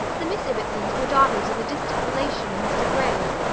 the miss ibbotsons were daughters of a distant relation of mr grey's.